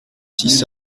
six